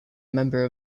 member